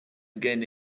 again